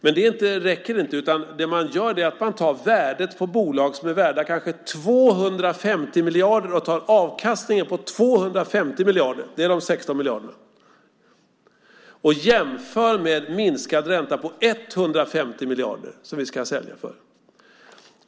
Men det räcker inte, utan det som man gör är att man tar värdet på bolag som kanske är värda 250 miljarder och tar avkastningen på 250 miljarder, vilket är de 16 miljarderna, och jämför med minskad ränta på 150 miljarder, som vi ska sälja för.